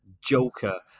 Joker